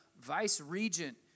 vice-regent